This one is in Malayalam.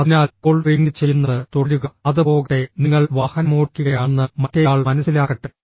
അതിനാൽ കോൾ റിംഗ് ചെയ്യുന്നത് തുടരുക അത് പോകട്ടെ നിങ്ങൾ വാഹനമോടിക്കുകയാണെന്ന് മറ്റേയാൾ മനസ്സിലാക്കട്ടെ